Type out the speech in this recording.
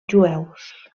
jueus